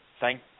thank